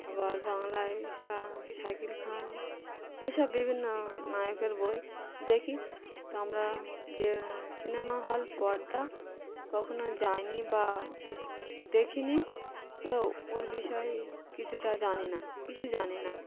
আবার বাংলায় সা শাকিল খান এসব বিভিন্ন নায়কের বই দেখি তো আমরা যে সিনেমা হল পর্দা কখনো যায়নি বা দেখিনি তো ওর বিষয়ে কিছুটা জানি না কিছু জানি না